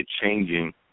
changing